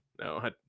no